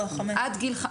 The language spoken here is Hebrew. אני